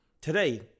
Today